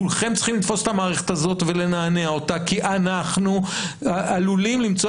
כולכם צריכים לתפוס את המערכת הזאת ולנענע אותה כי אנחנו עלולים למצוא